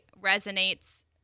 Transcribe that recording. resonates